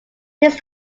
his